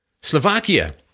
Slovakia